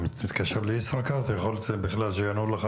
כאשר אתה מתקשר לישראכרט ועונים לך